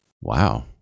Wow